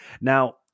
Now